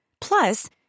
Plus